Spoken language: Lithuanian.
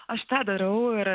aš tą darau ir